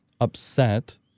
upset